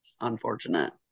Unfortunate